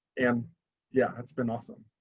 and yeah, it's been awesome.